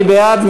מי בעד?